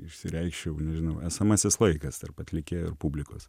išsireikščiau nežinau esamasis laikas tarp atlikėjo ir publikos